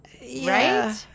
right